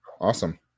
Awesome